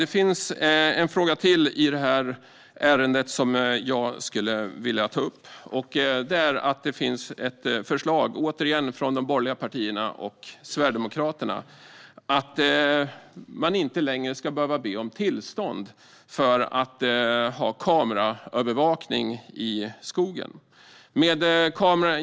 Det finns en fråga till i ärendet som jag skulle vilja ta upp, nämligen att det återigen finns ett förslag från de borgerliga partierna och Sverigedemokraterna om att inte längre behöva be om tillstånd för att ha kameraövervakning i skogen.